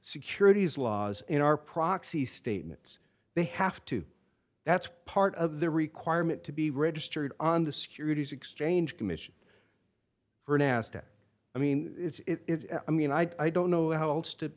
securities laws in our proxy statements they have to that's part of the requirement to be registered on the securities exchange commission for nasa i mean it's i mean i don't know how else to